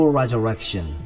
resurrection